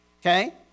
Okay